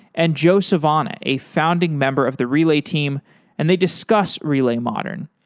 and joe savona, a founding member of the relay team and they discuss relay modern.